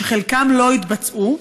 שחלקם לא התבצעו,